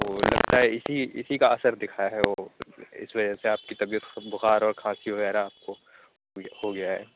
او لگتا ہے اسی اسی کا اثر دکھا ہے او اس وجہ سے آپ کی طبیعت بخار اور کھانسی وغیرہ آپ کو ہو گیا ہے